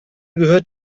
gehört